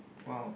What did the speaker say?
!wow!